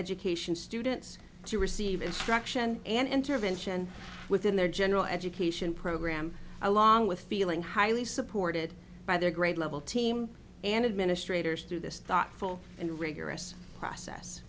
education students to receive instruction and intervention within their general education program along with feeling highly supported by their grade level team and administrators through this thoughtful and rigorous process